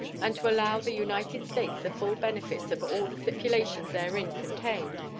and to allow the united states the full benefits of all the stipulations therein contained,